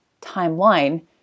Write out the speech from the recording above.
timeline